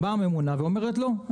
הממונה באה ואומרת לא,